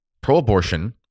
pro-abortion